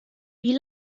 wie